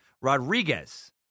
Rodriguez